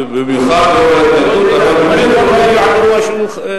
ובמיוחד לנוכח ההתנגדות.